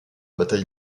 bataille